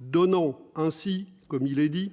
donnant ainsi, comme il est dit